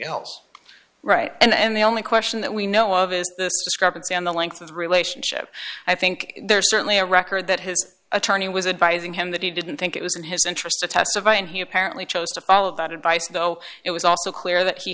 else right and the only question that we know of is down the length of the relationship i think there's certainly a record that his attorney was advised in him that he didn't think it was in his interest to testify and he apparently chose to follow that advice though it was also clear that he